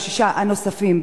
על השישה הנוספים,